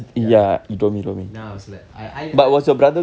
ya then I was like I I